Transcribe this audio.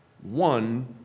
one